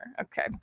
Okay